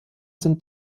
sind